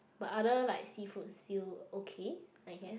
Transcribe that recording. but other like seafood still okay I guess